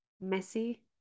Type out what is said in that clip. messy